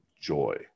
joy